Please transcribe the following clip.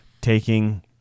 taking